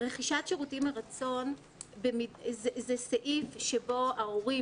רכישת שירותים מרצון זה סעיף שבו ההורים